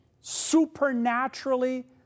supernaturally